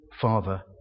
Father